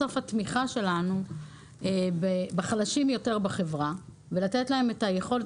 בסוף התמיכה שלנו היא בחלשים יותר בחברה ולתת להם את היכולת,